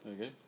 okay